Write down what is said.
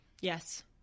Yes